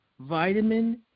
Vitamin